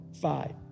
five